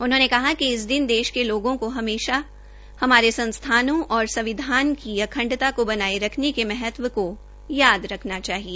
उन्होंने कहा कि इस दिन देश के लोगों को हमेशा हमारे संसथानों और संविधान की अखंडता को बनाये रखने के महत्व को याद रखना चाहिए